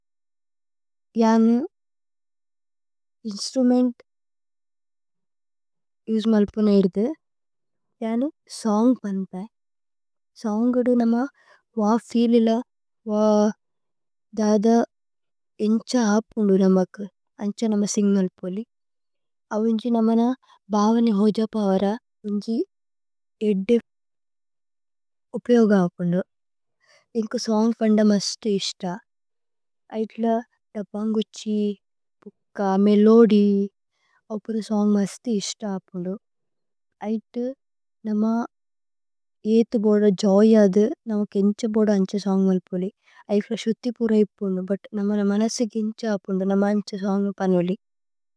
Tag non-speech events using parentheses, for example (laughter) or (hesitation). യാനു instrument use മല്പുന ഇദുഥു യാനു। സോന്ഗ് പന്പേ സോന്ഗ് ഇദു നമ വഹ് ഫീല് ല വഹ്। ദധ ഏന്ഛ ഹപുന്ദു നമകു ഏന്ഛ നമ സിന്ഗ്। മല്പുലി അവുന്ജി നമ ന ഭവനി ഹോജ പവര। അവുന്ജി ഏദ്ദി (hesitation) ഉപ്യോഗ ഹപുന്ദു ഏന്കുവ്। സോന്ഗ് പന്ദമ് അസ്തു ഇശ്ത ഐത്ല ദബന്ഗുഛി। പുക്ക മേലോദി അപുര് സോന്ഗ് അസ്തു ഇശ്ത ഹപുന്ദു। ഐതു (hesitation) നമ ഏതു ബോദു ജോയ ധു। നമ കേന്ഛ ബോദു ഏന്ഛ സോന്ഗ് മല്പുലി ഐത്ല। ശുഥി പുര ഇപ്പുന്ദു ഭുത് നമ ന മനസ। കേന്ഛ ഹപുന്ദു। നമ ഏന്ഛ സോന്ഗ് മല്പുലി।